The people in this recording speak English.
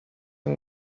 and